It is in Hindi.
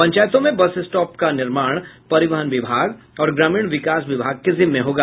पंचायतों में बस स्टॉप का निर्माण परिवहन विभाग और ग्रामीण विकास विभाग के जिम्मे होगा